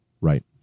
Right